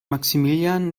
maximilian